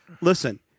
listen